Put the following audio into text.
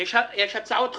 יש הצעות חוק.